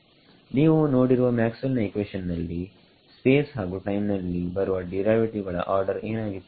ನೀವು ನೋಡಿರುವ ಮ್ಯಾಕ್ಸ್ವೆಲ್ಸ್ ನ ಇಕ್ವೇಷನ್ ನಲ್ಲಿ ಸ್ಪೇಸ್ ಹಾಗು ಟೈಮ್ ನಲ್ಲಿ ಬರುವ ಡಿರೈವೇಟಿವ್ ಗಳ ಆರ್ಡರ್ ಏನಾಗಿತ್ತು